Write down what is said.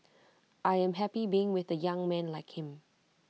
I am happy being with A young man like him